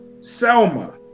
Selma